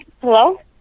Hello